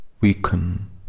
weaken